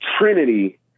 Trinity